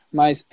mas